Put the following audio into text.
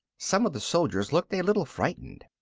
some of the soldiers looked a little frightened.